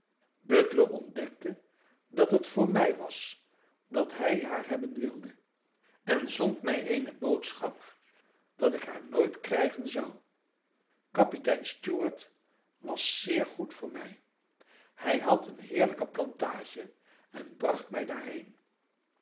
butler ontdekte dat het voor mij was dat hij haar hebben wilde en zond mij eene boodschap dat ik haar nooit krijgen zou kapitein stuart was zeer goed voor mij hij had een heerlijke plantage en bracht mij daarheen